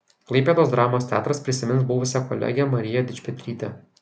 klaipėdos dramos teatras prisimins buvusią kolegę mariją dičpetrytę